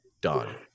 done